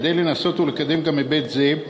כדי לנסות לקדם גם היבט זה,